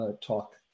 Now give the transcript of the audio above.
talk